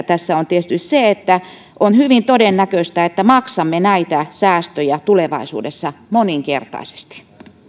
tässä on tietysti se että on hyvin todennäköistä että maksamme näitä säästöjä tulevaisuudessa moninkertaisesti